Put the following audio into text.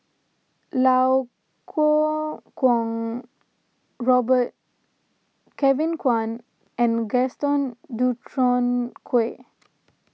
Kuo Kwong Robert Kevin Kwan and Gaston Dutronquoy